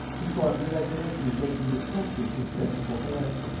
he formed the resolution of making his country his principal heir.